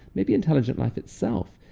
maybe intelligent life itself,